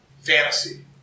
fantasy